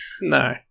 No